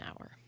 hour